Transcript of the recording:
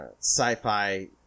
sci-fi